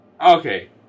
Okay